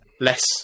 less